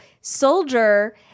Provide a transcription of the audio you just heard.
soldier